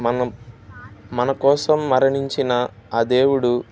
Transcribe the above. మనం మన కోసం మరణించిన ఆ దేవుడు